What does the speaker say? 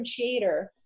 differentiator